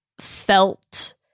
felt